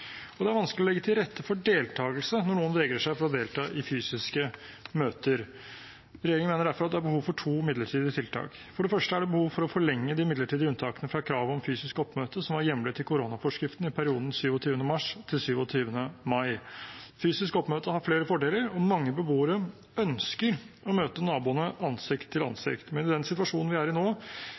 og det er vanskelig å legge til rette for deltagelse når noen vegrer seg for å delta i fysiske møter. Regjeringen mener derfor at det er behov for to midlertidige tiltak: For det første er det behov for å forlenge de midlertidige unntakene fra kravet om fysisk oppmøte som var hjemlet i koronaforskriften i perioden 27. mars til 27. mai. Fysisk oppmøte har flere fordeler, og mange beboere ønsker å møte naboene ansikt til ansikt. Men i den situasjonen vi er i nå,